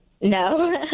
No